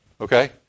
Okay